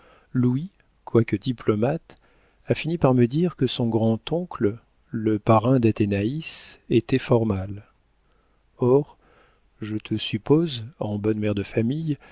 quoique diplomate a fini par me dire que son grand-oncle le parrain d'athénaïs était fort mal or je te suppose en bonne mère de famille